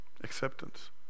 acceptance